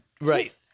Right